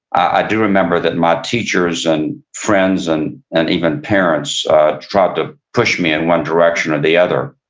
i do remember that my teachers, and friends, and and even parents tried to push me in one direction or the other.